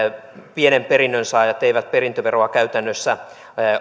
pienen perinnön saajat eivät perintöveroa käytännössä